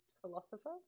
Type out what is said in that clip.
philosopher